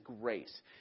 grace